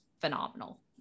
phenomenal